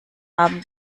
haben